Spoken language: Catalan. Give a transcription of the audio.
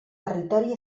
territori